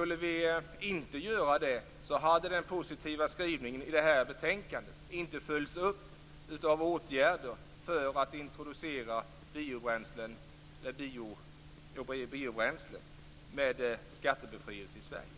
Om vi inte skulle göra det, hade den positiva skrivningen i det här betänkandet inte följts upp av åtgärder för att introducera biobränslen med skattebefrielse i Sverige.